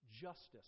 justice